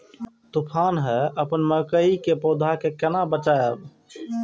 तुफान है अपन मकई के पौधा के केना बचायब?